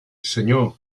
senyor